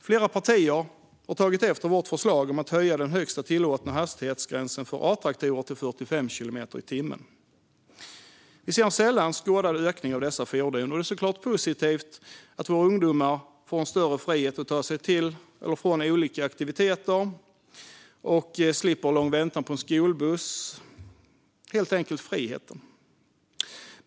Flera partier har tagit efter vårt förslag om att höja den högsta tillåtna hastigheten för A-traktorer till 45 kilometer i timmen. Vi ser en sällan skådad ökning av dessa fordon, och det är såklart positivt att våra ungdomar får större frihet att ta sig till och från olika aktiviteter och slipper en lång väntan på en skolbuss. Det handlar helt enkelt om frihet.